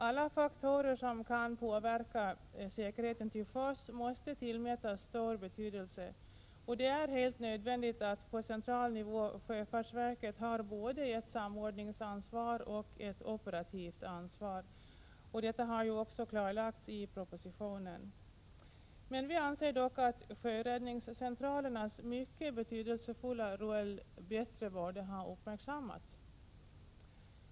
Alla faktorer som kan påverka säkerheten till sjöss måste tillmätas stor betydelse, och det är helt nödvändigt att på central nivå sjöfartsverket har både ett samordningsansvar och ett operativt ansvar. Detta har också klarlagts i propositionen. Vi anser dock att sjöräddningscentralernas mycket betydelsefulla roll bättre borde ha uppmärksammats.